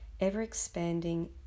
ever-expanding